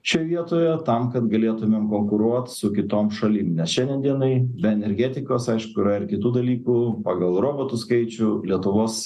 šioj vietoje tam kad galėtumėm konkuruot su kitom šalim nes šiandien dienai be energetikos aišku yra ir kitų dalykų pagal robotų skaičių lietuvos